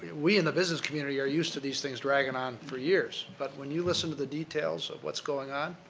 we in the business community are used to these things dragging on for years, but when you listen to the details of what's going on,